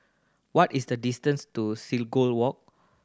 what is the distance to Seagull Walk